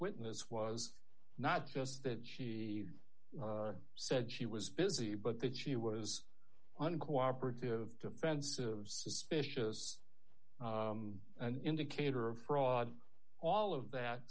witness was not just that she said she was busy but that she was uncooperative defensive suspicious an indicator of fraud all of that